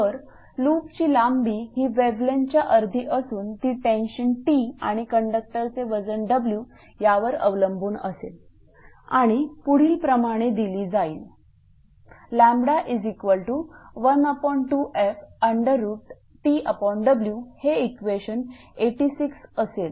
तर लूपची लांबी ही वेव्हलेन्थच्या अर्धी असून ती टेन्शन T आणि कंडक्टरचे वजन W यावर अवलंबून असेल आणि पुढील प्रमाणे दिली जाईल λ12fTW हे इक्वेशन 86 असेल